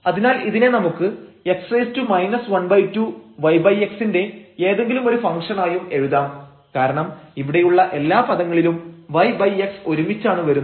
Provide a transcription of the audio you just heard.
അതിനാൽ ഇതിനെ നമുക്ക് x ½yx ന്റെ ഏതെങ്കിലുമൊരു ഫംഗ്ഷണായും എഴുതാം കാരണം ഇവിടെയുള്ള എല്ലാ പദങ്ങളിലും yx ഒരുമിച്ചാണ് വരുന്നത്